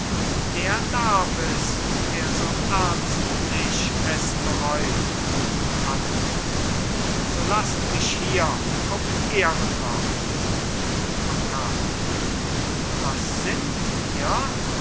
der darf es der so ernstlich es bereut buttler so laßt mich hier auf ehrenwort octavio was sinnt ihr